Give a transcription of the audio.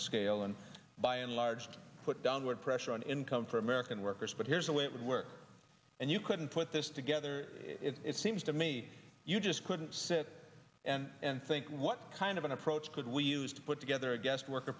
scale and by and large to put downward pressure on income for american workers but here's the way it would work and you couldn't put this together it seems to me you just couldn't sit and think what kind of an approach could we use to put together a guest worker